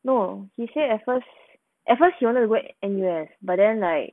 no she said at first at first she wanted to go N_U_S but then like